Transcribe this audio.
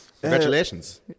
Congratulations